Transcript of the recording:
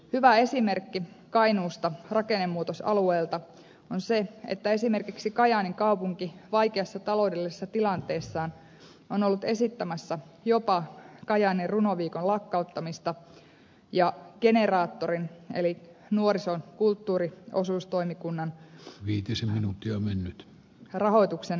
hyvä esimerkki kainuusta rakennemuutosalueelta on se että esimerkiksi kajaanin kaupunki vaikeassa taloudellisessa tilanteessaan on ollut esittämässä jopa kajaanin runoviikon lakkauttamista ja generaattorin eli nuorison kulttuurin osuus toimikunnan viitisen minuuttia kulttuuriosuustoimikunnan rahoituksen lopettamista